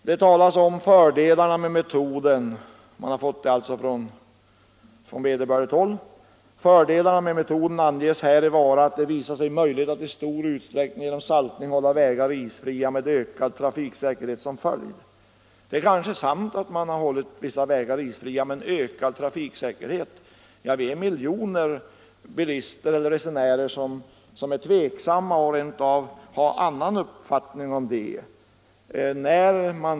Utskottet har fått sina uppgifter ur en publikation från vederbörligt håll och skriver följande: ”Fördelarna med metoden anges häri vara att det visat sig möjligt att i stor utsträckning genom saltning hålla vägar isfria med ökad trafiksäkerhet som följd.” Det är kanske sant att man har hållit vissa vägar isfria, men vad beträffar den ökade trafiksäkerheten ställer jag mig tveksam. Miljoner resenärer har en annan uppfattning.